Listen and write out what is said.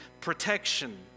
protection